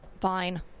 Fine